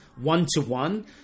one-to-one